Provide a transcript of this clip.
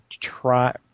try